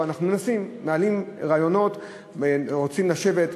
אנחנו מנסים, מעלים רעיונות, רוצים לשבת.